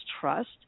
trust